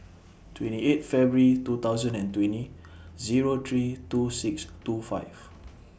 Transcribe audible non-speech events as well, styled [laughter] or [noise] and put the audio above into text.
twenty eight February two thousand and twenty Zero three two six two five [noise]